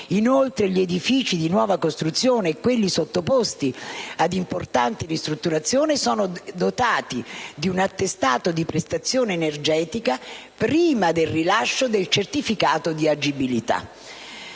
Inoltre, gli edifici di nuova costruzione e quelli sottoposti a importanti ristrutturazioni sono dotati di un attestato di prestazione energetica prima del rilascio del certificato di agibilità.